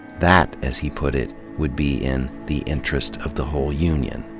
that, as he put it, would be in the interest of the whole union.